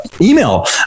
email